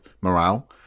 morale